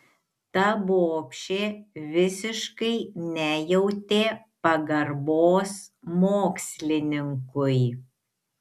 ta bobšė visiškai nejautė pagarbos mokslininkui